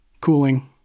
cooling